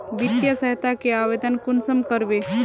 वित्तीय सहायता के आवेदन कुंसम करबे?